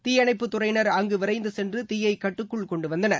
தீயணைப்பு துறையினர் அங்கு விரைந்து சென்று தீயை கட்டுக்கு கொண்டு வந்தனர்